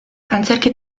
antzerki